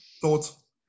thoughts